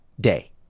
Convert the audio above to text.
day